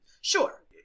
sure